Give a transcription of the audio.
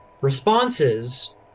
responses